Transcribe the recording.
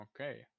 Okay